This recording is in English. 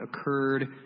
occurred